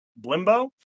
Blimbo